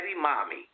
mommy